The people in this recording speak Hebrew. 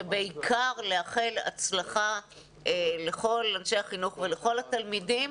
ובעיקר לאחל הצלחה לכל אנשי החינוך ולכל התלמידים,